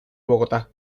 bogotá